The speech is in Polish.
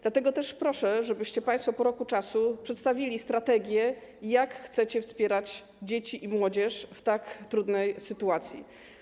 Dlatego proszę, żebyście państwo po roku przedstawili strategię, jak chcecie wspierać dzieci i młodzież w tak trudnej sytuacji.